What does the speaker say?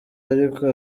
ariko